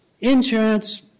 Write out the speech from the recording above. Insurance